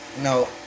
no